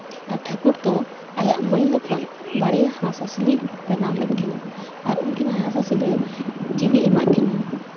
ᱟᱨ ᱴᱷᱟᱹᱠᱩᱨ ᱫᱚ ᱟᱭᱟᱜ ᱢᱟᱹᱭᱞᱟᱹ ᱠᱷᱚᱱ ᱵᱟᱨᱭᱟ ᱦᱟᱸᱥᱼᱦᱟᱸᱥᱞᱤ ᱵᱮᱱᱟᱣ ᱞᱮᱫ ᱠᱤᱱᱟ ᱟᱨ ᱩᱱᱠᱤᱱ ᱦᱟᱸᱥᱼᱦᱟᱸᱥᱞᱤ ᱡᱤᱣᱤ ᱮᱢᱟᱫ ᱠᱤᱱᱟᱹ